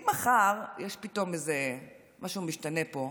אם מחר פתאום משהו משתנה פה,